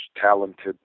talented